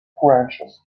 branches